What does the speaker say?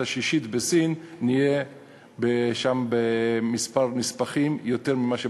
השישית בסין יהיה מספר הנספחים גדול ממספרם